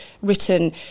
written